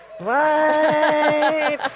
right